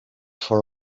for